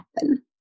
happen